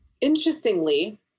interestingly